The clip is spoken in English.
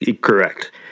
correct